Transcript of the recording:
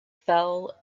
fell